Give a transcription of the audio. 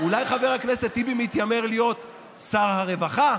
אולי חבר הכנסת טיבי מתיימר להיות שר הרווחה?